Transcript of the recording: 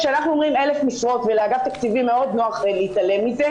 כשאנחנו אומרים 1,000 משרות ולאגף תקציבים מאוד נוח להתעלם מזה,